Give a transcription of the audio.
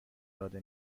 داده